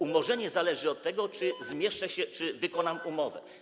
Umorzenie zależy od tego, czy zmieszczę się, czy wykonam umowę.